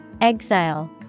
Exile